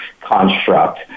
construct